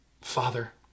Father